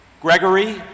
Gregory